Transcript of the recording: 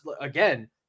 again